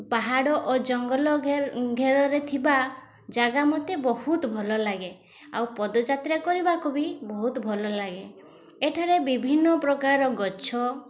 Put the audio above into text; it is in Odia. ପାହାଡ଼ ଓ ଜଙ୍ଗଲ ଘେରରେ ଥିବା ଜାଗା ମୋତେ ବହୁତ ଭଲ ଲାଗେ ଆଉ ପଦଯାତ୍ରା କରିବାକୁ ବି ବହୁତ ଭଲ ଲାଗେ ଏଠାରେ ବିଭିନ୍ନପ୍ରକାର ଗଛ